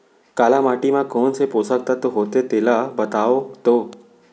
काली माटी म कोन से पोसक तत्व होथे तेला बताओ तो?